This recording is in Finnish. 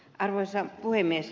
arvoisa puhemies